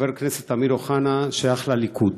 חבר הכנסת אמיר אוחנה שייך לליכוד.